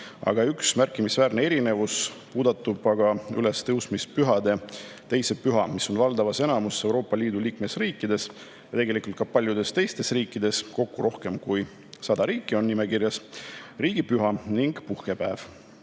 aga üks märkimisväärne erinevus puudutab ülestõusmispühade teist püha, mis on valdavas osas Euroopa Liidu liikmesriikides – tegelikult ka paljudes teistes riikides, kokku on nimekirjas rohkem kui 100 riiki – riigipüha ning puhkepäev,